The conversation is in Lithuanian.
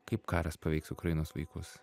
kaip karas paveiks ukrainos vaikus